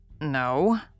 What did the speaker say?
No